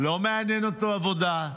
לא מעניין אותו עבודה,